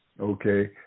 okay